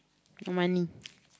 for money